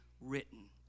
written